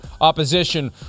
opposition